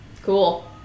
Cool